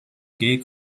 gay